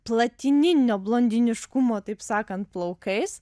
platininio blondiniškumo taip sakant plaukais